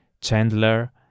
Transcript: Chandler